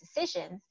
decisions